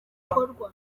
gikorwa